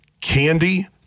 candy